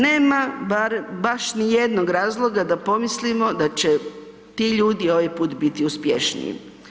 Nema baš nijednog razloga da pomislimo da će ti ljudi ovaj put biti uspješniji.